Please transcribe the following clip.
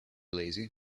lazy